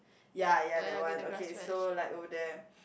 ya ya that one okay so like over there